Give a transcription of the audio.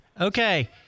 Okay